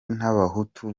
n’abahutu